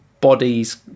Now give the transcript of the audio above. bodies